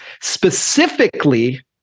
Specifically